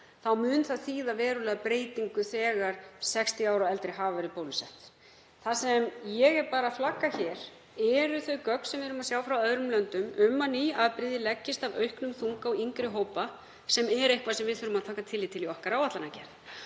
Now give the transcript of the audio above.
mun það þýða verulega breytingu þegar 60 ára og eldri hafa verið bólusett. Það sem ég flagga hér eru þau gögn sem við sjáum frá öðrum löndum um að ný afbrigði leggist af auknum þunga á yngri hópa, sem er nokkuð sem við þurfum að taka tillit til í áætlanagerð